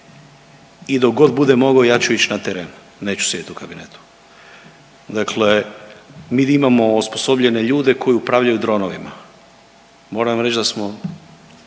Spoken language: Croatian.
i dok god budem mogao ja ću ići na teren neću sjediti u kabinetu. Dakle, mi imamo osposobljene ljude koji upravljaju dronovima. Moram reći da smo